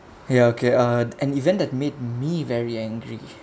ya okay uh an event that made me very angry